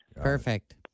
Perfect